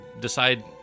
decide